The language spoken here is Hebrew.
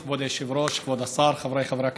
כבוד היושב-ראש, כבוד השר, חבריי חברי הכנסת,